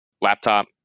laptop